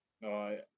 No